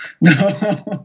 no